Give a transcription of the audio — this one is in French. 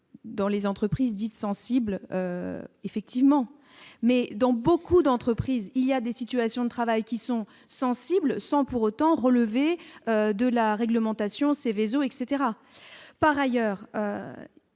dans les entreprises dites sensibles, effectivement, mais dans beaucoup d'entreprises, il y a des situations de travail qui sont sensibles, sans pour autant relever de la réglementation Sévéso etc, par ailleurs,